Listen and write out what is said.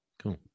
Cool